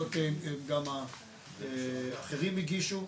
גם האחרים הגישו,